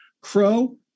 crow